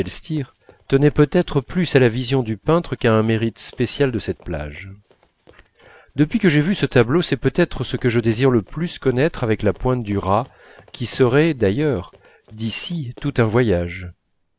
tenait peut-être plus à la vision du peintre qu'à un mérite spécial de cette plage depuis que j'ai vu ce tableau c'est peut-être ce que je désire le plus connaître avec la pointe du raz qui serait d'ailleurs d'ici tout un voyage